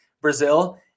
Brazil